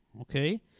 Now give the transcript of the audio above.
okay